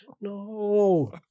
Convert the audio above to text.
no